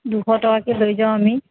দুশ টকাকৈ লৈ যাওঁ আমি